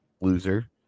Loser